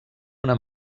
una